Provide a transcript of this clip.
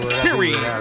series